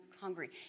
hungry